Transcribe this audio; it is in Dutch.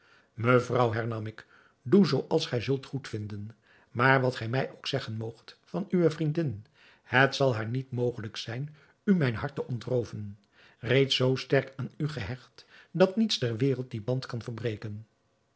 mevrouw hernam ik doe zoo als gij zult goedvinden maar wat gij mij ook zeggen moogt van uwe vriendin het zal haar niet mogelijk zijn u mijn hart te ontrooven reeds zoo sterk aan u gehecht dat niets ter wereld dien band kan verbreken